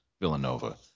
Villanova